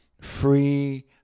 Free